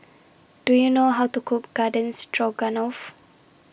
Do YOU know How to Cook Garden Stroganoff